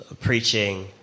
Preaching